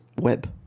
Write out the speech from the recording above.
Web